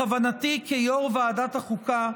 בכוונתי, כיו"ר ועדת החוקה,